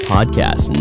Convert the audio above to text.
Podcast